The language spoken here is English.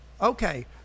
Okay